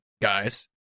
guys